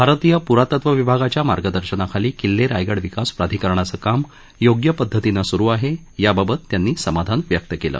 भारतीय प्रातत्व विभागाच्या मार्गदर्शनाखाली किल्ले रायगड विकास प्राधिकरणाचं काम योग्य पद्धतीनं स्रु आहे याबाबत त्यांनी समाधान व्यक्त केलं